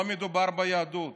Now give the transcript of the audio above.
לא מדובר ביהדות,